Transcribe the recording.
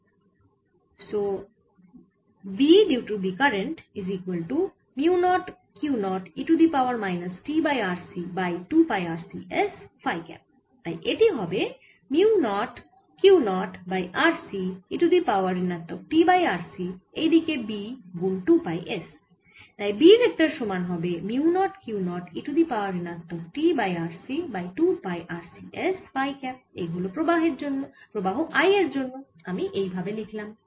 তাই B vector সমান হবে mu naught Q 0 e to the power ঋণাত্মক t by RC by 2 pi RC s phi cap এই হল প্রবাহ I এর জন্য আমি এই ভাবে লিখলাম